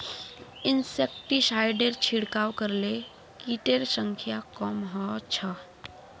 इंसेक्टिसाइडेर छिड़काव करले किटेर संख्या कम ह छ